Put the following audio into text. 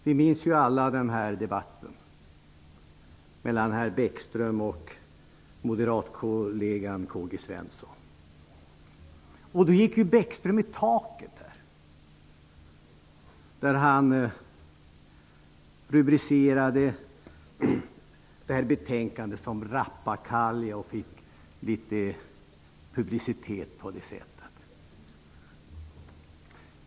Vi minns ju alla debatten mellan herr Bäckström och moderatkollegan K.G. Svenson. Då gick Bäckström i taket och rubricerade betänkandet som rappakalja, och fick litet publicitet på det sättet.